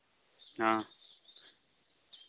ᱚᱸᱻ